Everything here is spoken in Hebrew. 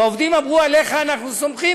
והעובדים אמרו: עליך אנחנו סומכים,